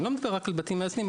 אני לא מדבר רק על בתים מאזנים,